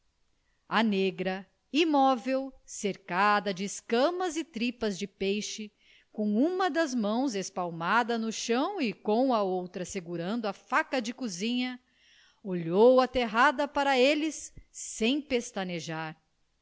a negra imóvel cercada de escamas e tripas de peixe com uma das mãos espalmada no chão e com a outra segurando a faca de cozinha olhou aterrada para eles sem pestanejar